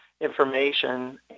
information